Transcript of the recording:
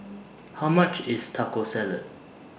How much IS Taco Salad